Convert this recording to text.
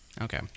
Okay